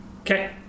Okay